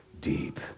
deep